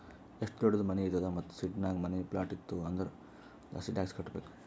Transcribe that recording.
ಎಷ್ಟು ದೊಡ್ಡುದ್ ಮನಿ ಇರ್ತದ್ ಮತ್ತ ಸಿಟಿನಾಗ್ ಮನಿ, ಪ್ಲಾಟ್ ಇತ್ತು ಅಂದುರ್ ಜಾಸ್ತಿ ಟ್ಯಾಕ್ಸ್ ಕಟ್ಟಬೇಕ್